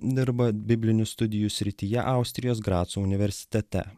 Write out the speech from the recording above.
dirba biblinių studijų srityje austrijos graco universitete